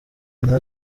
hazard